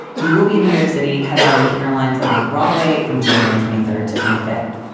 he will be in new york city headlining caroline's on broadway from january twenty third to twenty fifth.